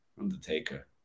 Undertaker